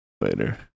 later